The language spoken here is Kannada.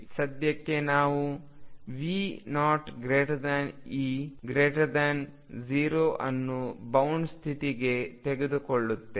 ಸದ್ಯಕ್ಕೆ ನಾವು V0E0ಅನ್ನು ಬೌಂಡ್ ಸ್ಥಿತಿಗೆ ತೆಗೆದುಕೊಳ್ಳುತ್ತೇವೆ